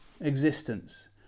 existence